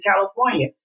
California